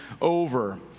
over